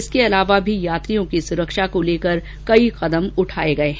इसके अलावा भी यात्रियों की सुरक्षा को लेकर कई कदम उठाए गए हैं